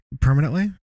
permanently